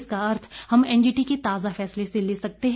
इसका अर्थ हम एनजीटी के ताजा फैसले से ले सकते हैं